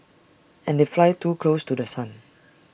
and they fly too close to The Sun